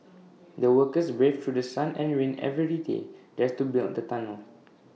the workers braved through sun and rain every day just to build the tunnel